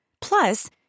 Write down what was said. Plus